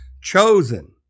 chosen